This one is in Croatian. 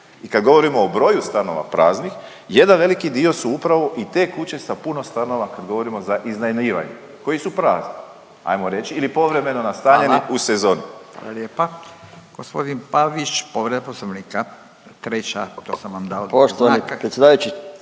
i kad govorimo o broju stanova praznih, jedan veliki dio su upravo i te kuće sa puno stanova kad govorimo za iznajmljivanje, koji su prazni ajmo reći, ili povremeno nastanjeni… .../Upadica: Hvala./... u sezoni.